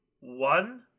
One